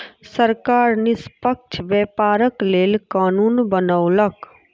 सरकार निष्पक्ष व्यापारक लेल कानून बनौलक